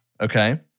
Okay